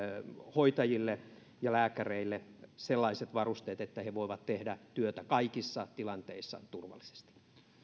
hoitajille ja lääkäreille sellaiset varusteet että he voivat tehdä työtä kaikissa tilanteissa turvallisesti